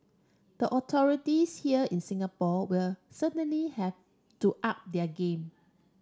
the authorities here in Singapore will certainly have to up their game